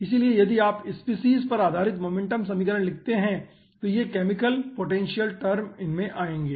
इसलिए यदि आप स्पीसीज पर आधारित मोमेंटम समीकरण लिखते हैं तो ये केमिकल पोटेंशियल टर्म इनमें आएंगे